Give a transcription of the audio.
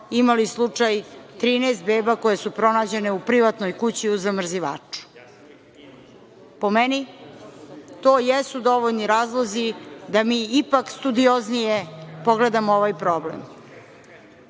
imali slučaj 13 beba koje su pronađene u privatnoj kući u zamrzivaču. Po meni to jesu dovoljni razlozi da mi ipak studioznije pogledamo ovaj problem. Ono